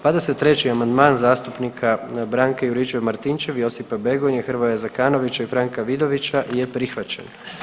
23. amandman, zastupnika Branke Juričev-Martinčev, Josipa Begonje, Hrvoja Zekanovića i Franka Vidovića je prihvaćen.